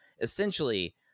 essentially